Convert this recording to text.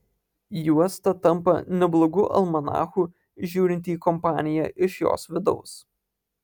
juosta tampa neblogu almanachu žiūrint į kompaniją iš jos vidaus